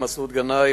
מסעוד גנאים,